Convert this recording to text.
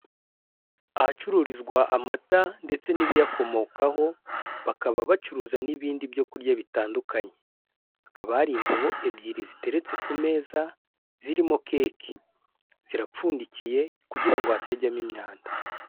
Ahacururizwa amata ndetse n'ibiyakomokaho bakaba bacuruza n'ibindi byo kurya bitandukanye hakaba hari indobo ebyiri ziteretse ku meza zirimo keke, zirapfundikiye kugira ngo hatajyamo imyanda.